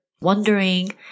wondering